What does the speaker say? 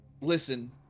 listen